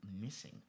missing